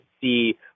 see